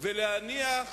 ולהניח